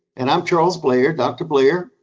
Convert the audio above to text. and i'm charles blair, dr. blair,